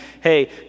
hey